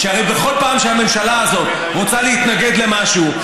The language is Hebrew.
שהרי בכל פעם שהממשלה הזאת רוצה להתנגד למשהו,